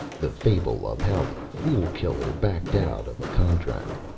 the fable of how the fool-killer backed out of a contract